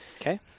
Okay